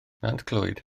nantclwyd